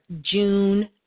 June